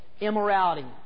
immorality